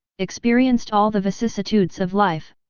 experienced all the vicissitudes of life,